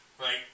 Right